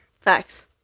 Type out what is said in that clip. Facts